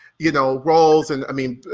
you know, roles. and i mean,